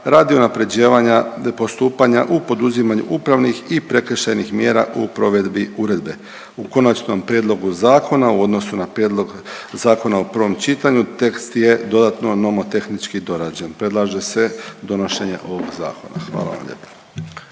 radi unapređivanja postupanja u poduzimanju upravnih i prekršajnih mjera u provedbi uredbe. U Konačnom prijedlogu zakona u odnosu na prijedlog zakona u prvom čitanju tekst je dodatno nomotehnički dorađen. Predlaže se donošenje ovog zakona. Hvala vam lijepa.